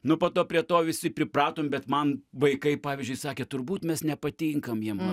nu po to prie to visi pripratom bet man vaikai pavyzdžiui sakė turbūt mes nepatinkam jiem